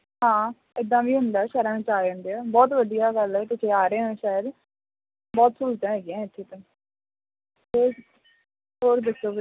ਹਾਂ ਇੱਦਾਂ ਵੀ ਹੁੰਦਾ ਸ਼ਹਿਰਾਂ ਵਿਚ ਆ ਜਾਂਦੇ ਆ ਬਹੁਤ ਵਧੀਆ ਗੱਲ ਹੈ ਤੁਸੀਂ ਆ ਰਹੇ ਹੋ ਸ਼ਹਿਰ ਬਹੁਤ ਸਹੂਲਤਾਂ ਹੈਗੀਆਂ ਇੱਥੇ ਤਾਂ ਹੋਰ ਹੋਰ ਦੱਸੋ